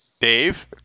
Dave